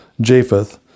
Japheth